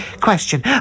Question